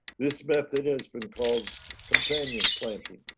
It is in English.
this method has been called companion planting,